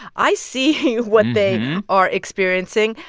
i see what they are experiencing.